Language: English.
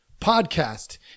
podcast